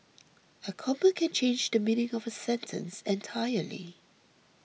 a comma can change the meaning of a sentence entirely